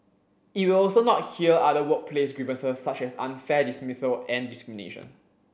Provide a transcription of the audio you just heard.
it will also not hear other workplace grievances such as unfair dismissal and discrimination